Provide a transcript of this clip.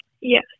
Yes